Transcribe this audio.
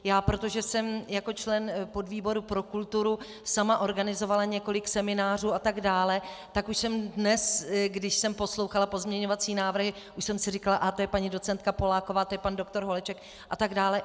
Já, protože jsem jako člen podvýboru pro kulturu sama organizovala několik seminářů atd., tak už jsem dnes, když jsem poslouchala pozměňovací návrhy, už jsem si říkala, to je paní docentka Poláková, to je pan doktor Holeček atd.